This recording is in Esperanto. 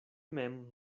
mem